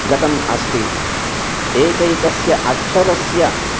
गतम् अस्ति एकैकस्य अक्षरस्य